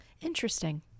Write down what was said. Interesting